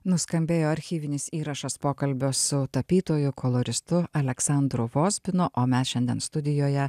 nuskambėjo archyvinis įrašas pokalbio su tapytoju koloristu aleksandru vozbinu o mes šiandien studijoje